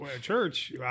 Church